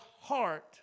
heart